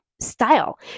style